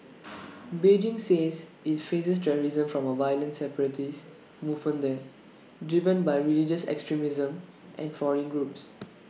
Beijing says IT faces terrorism from A violent separatist movement there driven by religious extremism and foreign groups